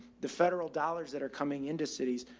the federal dollars that are coming into cities.